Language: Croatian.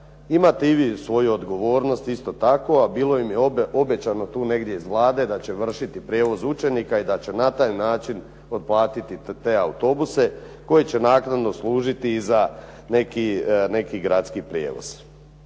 Imate i vi svoju odgovornost isto tako, a bilo im je obećano tu negdje iz Vlade da će vršiti prijevoz učenika i da će na taj način otplatiti te autobuse koji će naknadno služiti i za neki gradski prijevoz.